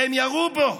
והם ירו בו.